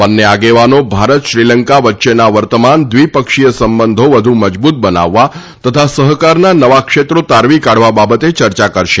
બંને આગેવાનો ભારત શ્રીલંકા વચ્ચેના વર્તમાન દ્વિપક્ષીય સંબંધો વધુ મજબુત બનાવવા તથા સહકારના નવા ક્ષેત્રો તારવી કાઢવા બાબતે ચર્ચા કરશે